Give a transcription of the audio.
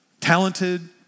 talented